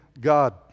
God